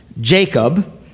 Jacob